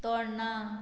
तोडणा